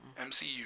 MCU